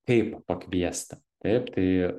kaip pakviesti taip tai